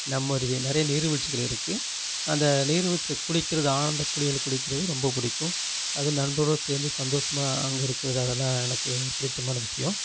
நம்ம அருவி நிறைய நீர்வீழ்ச்சிகள் இருக்கு அந்த நீர்வீழ்ச்சியில குளிக்கிறது ஆழ்ந்த குளியல் குளிக்கிறது ரொம்ப பிடிக்கும் அதுவும் நண்பரோட சேர்ந்து சந்தோஷமாக அங்கே இருக்கிறது அதெல்லாம் எனக்கு பிடிச்சமான விஷியம்